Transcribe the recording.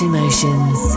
Emotions